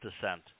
descent